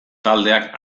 taldeak